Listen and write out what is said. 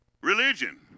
Religion